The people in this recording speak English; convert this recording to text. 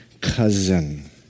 cousin